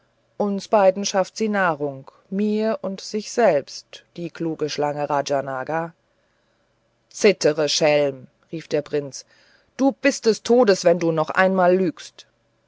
uns beiden schafft sie nahrung mir und sich selbst die kluge schlange rajanaga zittere schelm rief der prinz du bist des todes wenn du noch einmal lügst